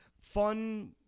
Fun